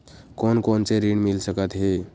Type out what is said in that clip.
कोन कोन से ऋण मिल सकत हे?